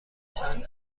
چند